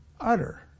utter